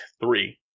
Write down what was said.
three